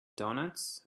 donuts